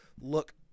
look